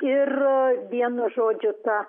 ir vienu žodžiu ta